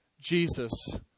Jesus